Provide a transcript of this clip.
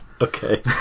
okay